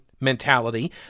mentality